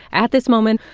at this moment,